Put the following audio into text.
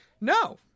No